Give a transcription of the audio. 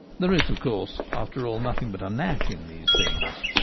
there is, of course, after all, nothing but a knack in these things.